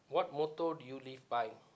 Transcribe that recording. what motto do you live by